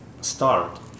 start